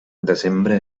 desembre